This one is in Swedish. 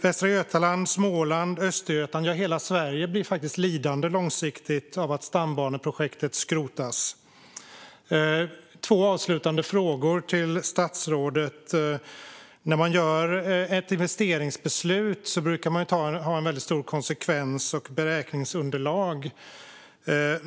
Västra Götaland, Småland och Östergötland, ja hela Sverige, blir på lång sikt lidande av att stambaneprojektet skrotas. Jag har två avslutande frågor till statsrådet. När man ska fatta ett investeringsbeslut brukar man ha ett stort konsekvens och beräkningsunderlag.